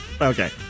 Okay